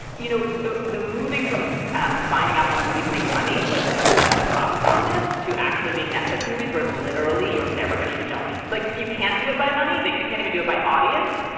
you know, the the moving from um finding out how movies make money like this obsession with box office to actually being netflix movies where literally you're never gonna even know many like you can't do it by money that you can't even do a buy audience.